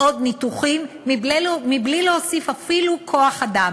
לעוד ניתוחים מבלי להוסיף אפילו כוח-אדם,